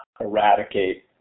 eradicate